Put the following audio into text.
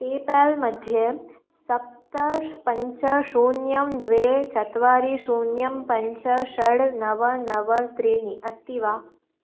PayPal मध्ये सप्त ष् पञ्च शून्यं द्वे चत्वारि शून्यं पञ्च षड् नव नव त्रीणि अस्ति वा